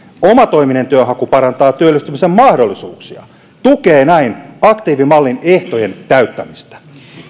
omatoiminen työnhaku parantaa työllistymisen mahdollisuuksia tukee näin aktiivimallin ehtojen täyttämistä